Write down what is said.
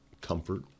comfort